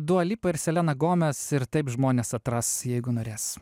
dua lipą ir seleną gomes ir taip žmonės atras jeigu norės